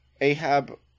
Ahab